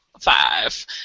five